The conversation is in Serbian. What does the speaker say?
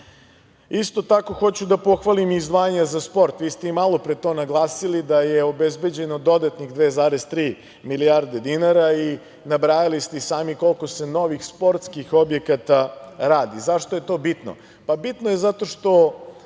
tako hoću da pohvalim i izdvajanja za sport. Vi ste i malopre to naglasili da je obezbeđeno dodatnih 2,3 milijarde dinara i nabrajali ste i sami koliko se novih sportskih objekata radi. Zašto je to bitno?